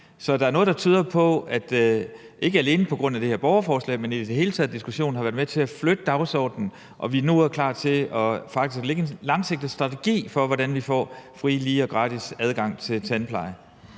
Så der er noget, der tyder på, at ikke alene det her borgerforslag, men diskussionen i det hele taget, har været med til at flytte dagsordenen, og at vi nu er klar til faktisk at lægge en langsigtet strategi for, hvordan vi får fri, lige og gratis adgang til tandpleje.